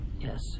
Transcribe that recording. Yes